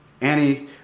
Annie